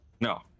no